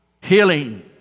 Healing